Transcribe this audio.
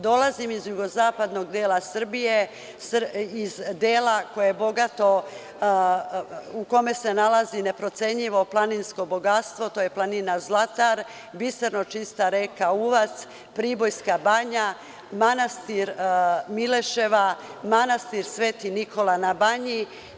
Dolazim iz jugozapadnog dela Srbije, iz dela u kome se nalazi neprocenjivo planinskog bogatstvo, to je planina Zlatar, biserno čista reka Uvac, Pribojska Banja, manastir Mileševa, manastir Sveti Nikola na Banji.